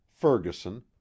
Ferguson